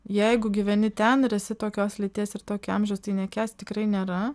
jeigu gyveni ten ir esi tokios lyties ir tokio amžiaus tai nekęst tikrai nėra